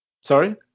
sorry